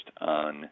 on